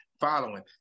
following